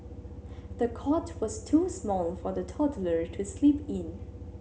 the cot was too small for the toddler to sleep in